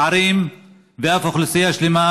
ערים ואף אוכלוסייה שלמה,